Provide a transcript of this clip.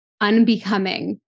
unbecoming